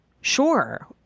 Sure